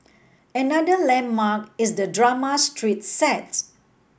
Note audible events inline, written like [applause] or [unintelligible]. another landmark is the drama street [unintelligible]